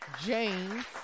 James